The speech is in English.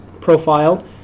profile